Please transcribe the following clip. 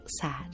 sad